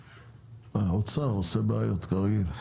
האוצר עושה בעיות, כרגיל.